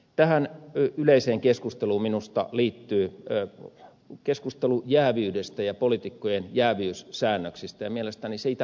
tähän yleiseen keskusteluun minusta liittyy keskustelu jääviydestä ja poliitikkojen jääviyssäännöksistä ja siitä muistuttaminen